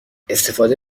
استفاده